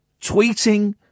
tweeting